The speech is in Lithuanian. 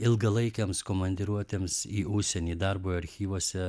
ilgalaikėms komandiruotėms į užsienį darbui archyvuose